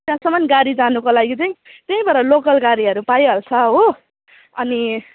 त्यहाँसम्म गाडी जानुको लागि चाहिँ त्यहीँबाट लोकल गाडीहरू पाइहाल्छ हो अनि